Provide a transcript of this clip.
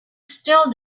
still